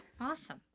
Awesome